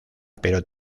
pero